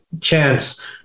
chance